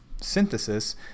synthesis